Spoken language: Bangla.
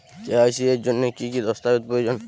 কে.ওয়াই.সি এর জন্যে কি কি দস্তাবেজ প্রয়োজন?